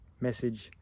message